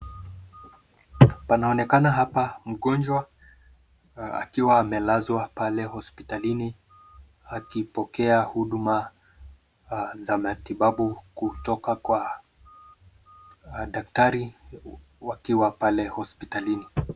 Panaonekana hapa mgonjwa akiwa amelazwa pale hospitalini akipokea huduma za matibabu kutoka kwa daktari wakiwa pale hospitalini.